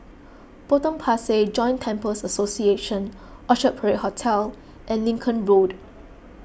Potong Pasir Joint Temples Association Orchard Parade Hotel and Lincoln Road